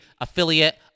affiliate